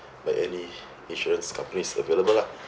buy any insurance companies available lah